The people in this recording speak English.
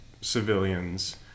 civilians